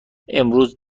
امروز